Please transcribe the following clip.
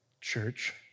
church